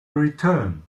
return